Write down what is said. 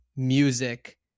music